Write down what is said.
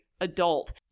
adult